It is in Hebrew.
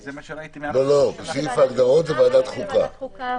לא, בסעיף ההגדרות זה ועדת החוקה.